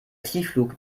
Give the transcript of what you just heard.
tiefflug